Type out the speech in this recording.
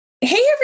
hey